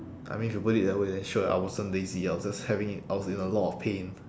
I mean if you put it that way then sure I wasn't lazy I was just having it I was in a lot of pain